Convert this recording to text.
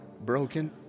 broken